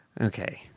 Okay